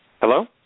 Hello